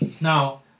Now